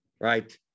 right